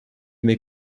mes